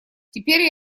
теперь